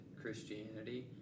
Christianity